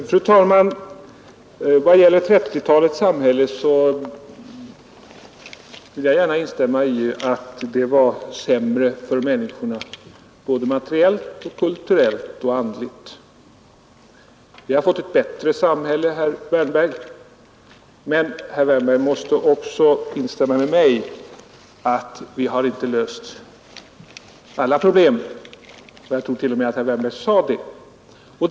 Fru talman! I vad gäller 1930-talets samhälle vill jag gärna instämma i att människorna då hade det sämre såväl materiellt som kulturellt och andligt. Vi har fått ett bättre samhälle, herr Wärnberg, men herr Wärnberg måste också instämma med mig i att detta inte har löst alla problem. Jag tror t.o.m. att herr Wärnberg sade det.